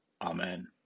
Amen